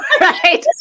right